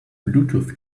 bluetooth